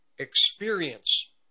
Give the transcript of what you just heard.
experience